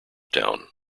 town